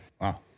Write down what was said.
Wow